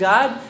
God